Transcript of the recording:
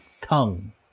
Tongue